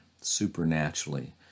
supernaturally